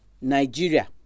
Nigeria